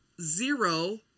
zero